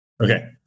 Okay